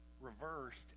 reversed